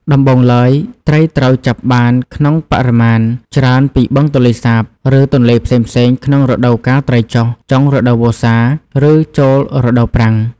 ដំបូងឡើយ ត្រីត្រូវចាប់បានក្នុងបរិមាណច្រើនពីបឹងទន្លេសាប ឬទន្លេផ្សេងៗក្នុងរដូវកាលត្រីចុះ ចុងរដូវវស្សា ឬចូលរដូវប្រាំង។